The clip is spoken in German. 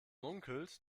munkelt